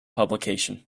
publication